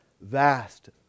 vast